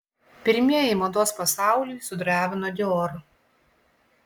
pirmieji mados pasaulį sudrebino dior